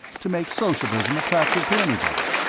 to make socialism attractive to anybody.